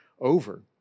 over